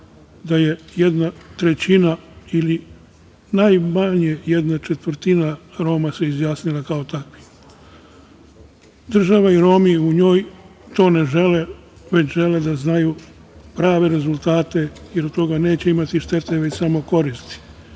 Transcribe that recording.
da se jedna trećina ili najmanje jedna četvrtina Roma izjasnila kao tako. Država i Romi u njoj to ne žele, već žele da znaju prave rezultate, jer od toga neće imati štete, već samo koristi.